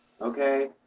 Okay